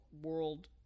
World